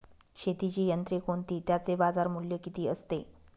शेतीची यंत्रे कोणती? त्याचे बाजारमूल्य किती असते?